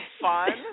fun